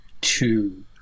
two